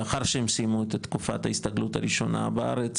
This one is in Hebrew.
לאחר שהם סיימו את תקופת ההסתגלות הראשונה בארץ,